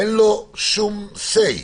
אין לו שום מילה.